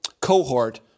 cohort